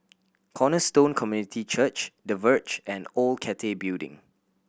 Cornerstone Community Church The Verge and Old Cathay Building